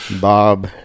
Bob